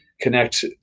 connect